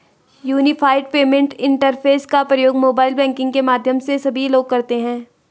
unified payment interface का प्रयोग mobile banking के माध्यम से सभी लोग करते हैं